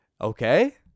Okay